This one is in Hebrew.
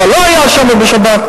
לא היה שם בשבת,